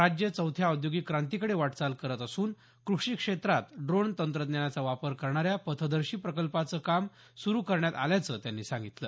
राज्य चौथ्या औद्योगिक क्रांतीकडे वाटचाल करत असून कृषी क्षेत्रात ड्रोन तंत्रज्ञानाचा वापर करणाऱ्या पथदर्शी प्रकल्पाचं काम सुरू करण्यात आल्याचं त्यांनी सांगितलं